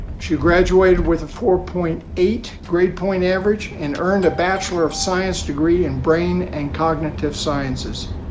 she graduated with a four point eight grade point average, and earned a bachelor of science degree in brain and cognitive sciences.